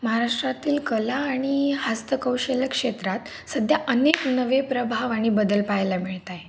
महाराष्ट्रातील कला आणि हस्तकौशल्य क्षेत्रात सध्या अनेक नवे प्रवाह वाणि बदल पाहायला मिळत आहे